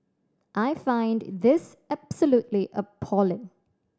I find this absolutely appalling